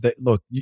look